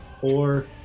Four